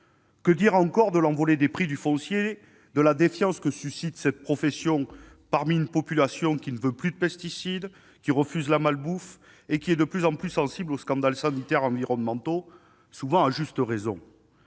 Que dire encore de l'envolée des prix du foncier et de la défiance que suscite cette profession parmi une population qui ne veut plus de pesticides, qui refuse la malbouffe et qui est de plus en plus sensible aux scandales sanitaires et environnementaux, souvent à raison ?